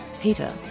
Peter